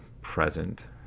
present